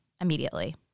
immediately